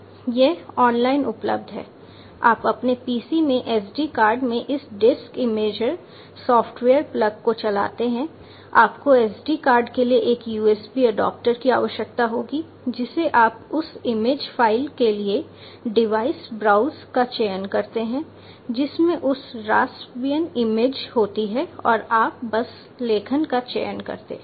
यह ऑनलाइन उपलब्ध है आप अपने PC में SD कार्ड में इस डिस्क इमेजर सॉफ्टवेयर प्लग को चलाते हैं आपको SD कार्ड के लिए एक USB एडाप्टर की आवश्यकता होगी जिसे आप उस इमेज फ़ाइल के लिए डिवाइस ब्राउज़ का चयन करते हैं जिसमें उस रास्पबियन इमेज होती है और आप बस लेखन का चयन करते हैं